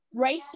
racist